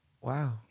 Wow